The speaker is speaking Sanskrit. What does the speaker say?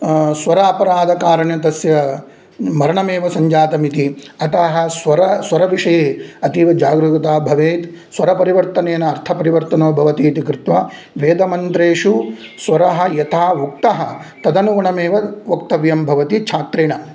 स्वरापराधकारण तस्य मरणमेव सञ्जातमिति अतः स्वर स्वरविषये अतीव जागरूकता भवेत् स्वरपरिवर्तनेन अर्थपरिवर्तनो भवतीति कृत्वा वेदमन्त्रेषु स्वरः यथा उक्तः तदनुगुणमेव वक्तव्यं भवति छात्रेण